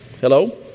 Hello